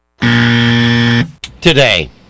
today